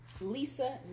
Lisa